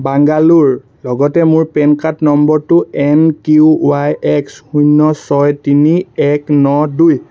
বাংগালোৰ লগতে মোৰ PAN card নম্বৰটো এন কিউ ৱাই এক্স শূন্য ছয় তিনি এক ন দুই